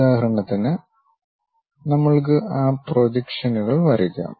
ഉദാഹരണത്തിന് നമ്മൾക്ക് ആ പ്രൊജക്ഷനുകൾ വരയ്ക്കാം